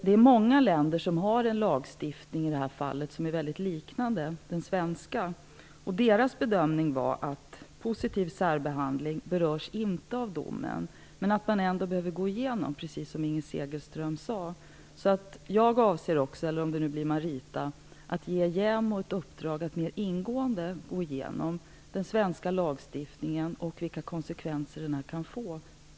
I många länder har man en lagstiftning i detta avseende som är mycket lik den svenska. Deras bedömning var att positiv särbehandling inte berörs av domen, men att man ändå behöver gå igenom det här - precis som Inger Segelström sade. Jag avser också - eller det kanske blir Marita Ulvskog - att ge JämO ett uppdrag att mera ingående gå igenom den svenska lagstiftningen och vilka konsekvenserna kan bli.